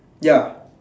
ya